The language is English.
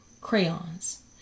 crayons